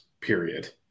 period